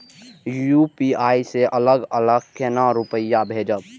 UPI से अलग अलग केना रुपया भेजब